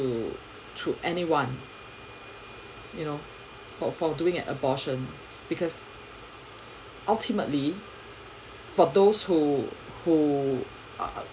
to to anyone you know for for doing an abortion because ultimately for those who who